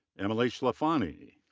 emily sclafani,